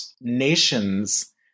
nations